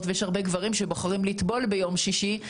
ויש הרבה גברים שבוחרים לטבול ביום שישי,